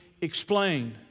explained